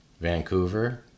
Vancouver